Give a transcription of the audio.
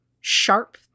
sharp